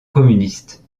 communistes